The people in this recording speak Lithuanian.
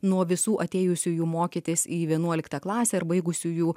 nuo visų atėjusiųjų mokytis į vienuoliktą klasę ir baigusiųjų